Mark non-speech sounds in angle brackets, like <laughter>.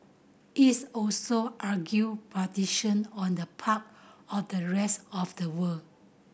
is also urged <unintelligible> on the part of the rest of the world